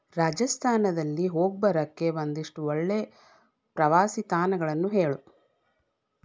ರಾಜಸ್ಥಾನದಲ್ಲಿ ಹೋಗಿ ಬರಕ್ಕೆ ಒಂದಿಷ್ಟು ಒಳ್ಳೆಯ ಪ್ರವಾಸಿ ತಾಣಗಳನ್ನು ಹೇಳು